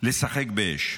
לשחק באש.